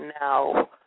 now